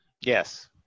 Yes